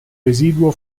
residuo